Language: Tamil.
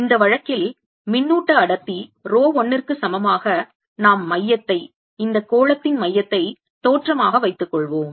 இந்த வழக்கில் மின்னூட்ட அடர்த்தி ரோ 1 ற்கு சமமாக நாம் மையத்தை இந்த கோளத்தின் மையத்தை தோற்றமாக வைத்துக்கொள்வோம்